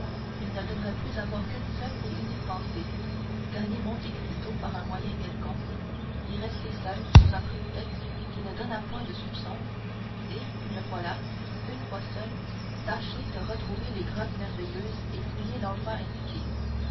il ne devait plus avoir qu'une seule et unique pensée gagner monte cristo par un moyen quelconque y rester seul sous un prétexte qui ne donnât point de soupçons et une fois là une fois seul tâcher de retrouver les grottes merveilleuses et fouiller l'endroit indiqué